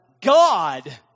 God